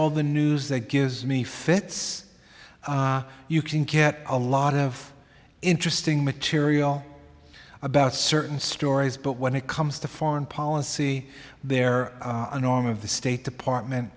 all the news that gives me fits you can get a lot of interesting material about certain stories but when it comes to foreign policy there norm of the state department